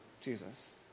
Jesus